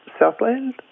Southland